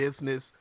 business